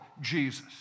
Jesus